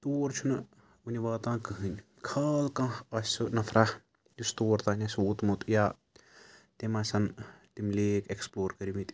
تور چھُنہٕ وُنہِ واتان کٕہٲنۍ خال کانٛہہ آسہِ سُہ نَفرا یُس تور تانۍ آسہِ ووتمُت یا تٔمۍ آسیٚن تِم لیک ایٚکٕسپلور کٔرمِتۍ